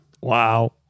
Wow